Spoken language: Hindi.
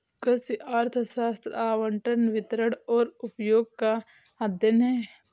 कृषि अर्थशास्त्र आवंटन, वितरण और उपयोग का अध्ययन है